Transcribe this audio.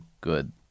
good